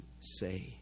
say